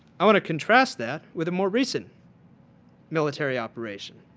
i want to contrast that with the more recent military operation.